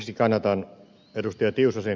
ensiksi kannatan ed